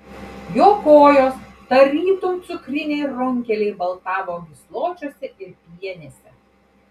jo kojos tarytum cukriniai runkeliai baltavo gysločiuose ir pienėse